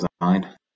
design